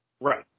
Right